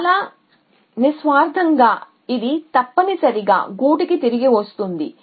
చాలా నిస్వార్థంగా ఇది తప్పనిసరిగా గూటికి తిరిగి తెస్తుంది